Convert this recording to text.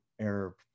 error